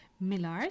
Millard